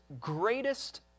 greatest